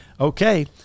Okay